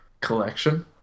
collection